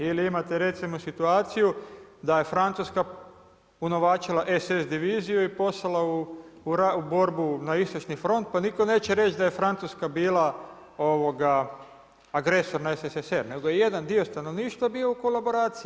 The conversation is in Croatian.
Ili imate recimo situaciju da je Francuska unovačila SS diviziju i poslala u borbu na istočni front pa niko neće reći da je Francuska bila agresor na SSSR nego je jedan dio stanovništva bio u kolaboraciji.